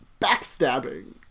backstabbing